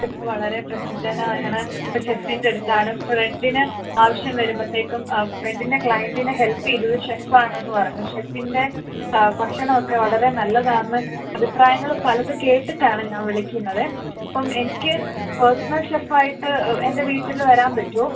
chef വളരെ പ്രസിദ്ധനായാണ് ഇപ്പോള് ഷെഫിന്റെ അടുത്താണ് ഫ്രണ്ടിന് ആവശ്യം വരുമ്പോഴത്തേക്കും ആ ഫ്രണ്ടിന്റെ ക്ലയന്റിനെ ഹെല്പ് ചെയ്തത് ഷെഫ് ആണെന്ന് പറഞ്ഞു ഷെഫിന്റെ ഭക്ഷണമൊക്കെ വളരെ നല്ലതാണെന്ന് അഭിപ്രായങ്ങള് പലതും കേട്ടിട്ടാണ് ഞാന് വിളിക്കുന്നത് അപ്പം എനിക്ക് പേര്സണല് ഷെഫ് ആയിട്ട് എന്റെ വീട്ടില് വരാന് പറ്റുമോ